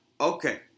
Okay